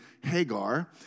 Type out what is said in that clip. Hagar